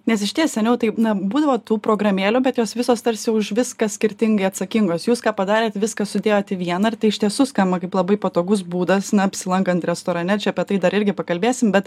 nes išties seniau tai na būdavo tų programėlių bet jos visos tarsi už viską skirtingai atsakingos jūs ką padarėt viską sudėjot į vieną ar tai iš tiesų skamba kaip labai patogus būdas na apsilankant restorane čia apie tai dar irgi pakalbėsim bet